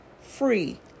free